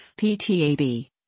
PTAB